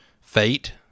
fate